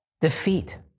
defeat